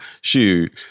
shoot